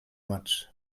much